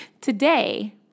today